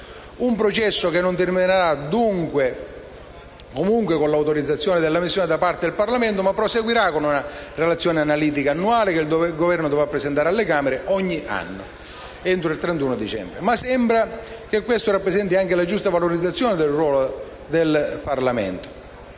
Un processo che non terminerà comunque con l'autorizzazione della missione da parte del Parlamento, ma proseguirà con una relazione analitica annuale che il Governo dovrà presentare alle Camere ogni anno, entro il 31 dicembre. Mi sembra che questo rappresenti anche la giusta valorizzazione del ruolo del Parlamento.